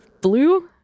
Blue